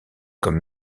comme